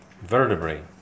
vertebrae